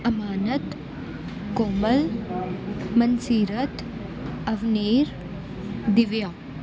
Amanat Komal Mansirat Avneer Divya